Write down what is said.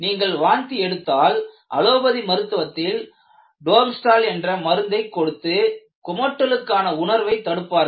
நீங்கள் வாந்தி எடுத்தால் அலோபதி மருத்துவத்தில் டோர்ம்ஸ்டல் என்ற மருந்தைக் கொடுத்து குமட்டலுக்கான உணர்வை தடுப்பார்கள்